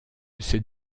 ces